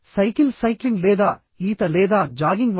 cycle cycling లేదా ఈత లేదా జాగింగ్ వంటివి